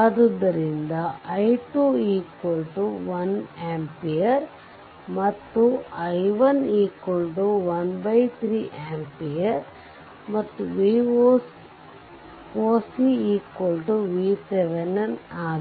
ಆದ್ದರಿಂದ i2 1 ampere ಮತ್ತು i1⅓ ampere ಮತ್ತು Voc VThevenin ಆಗಿದೆ